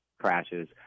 crashes